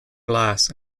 glass